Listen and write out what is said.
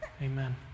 amen